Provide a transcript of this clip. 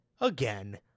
Again